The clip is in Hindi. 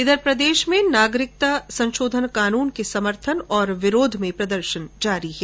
इधर प्रदेश में नागरिकता संशोधन कानून के समर्थन और विरोध में प्रदर्शन जारी हैं